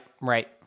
right